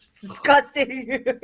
disgusting